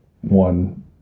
one